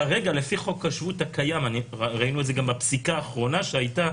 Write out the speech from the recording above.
כרגע לפי חוק השבות הקיים ראינו את זה גם בפסיקה האחרונה שהייתה,